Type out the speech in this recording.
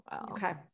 Okay